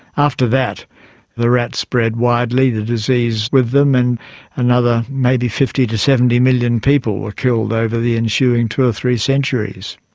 after that the rats spread widely, the disease with them, and another maybe fifty million to seventy million people were killed over the ensuing two or three centuries.